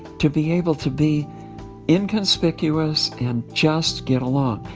to be able to be inconspicuous and just get along.